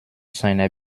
seiner